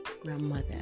grandmother